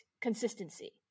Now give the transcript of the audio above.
consistency